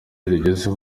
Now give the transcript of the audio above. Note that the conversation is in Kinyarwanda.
rugezeho